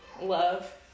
love